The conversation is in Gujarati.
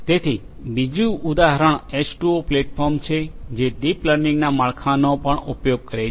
તેથી બીજું ઉદાહરણ એચ2ઓ પ્લેટફોર્મ છે જે ડીપ લર્નિંગના માળખાનો પણ ઉપયોગ કરે છે